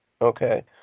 Okay